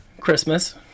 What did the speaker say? christmas